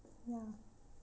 ya